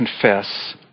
confess